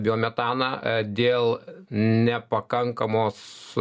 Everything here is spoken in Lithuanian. biometaną dėl nepakankamos